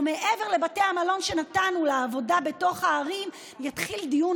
או מעבר לבתי המלון שנתנו לעבודה בתוך הערים יתחיל דיון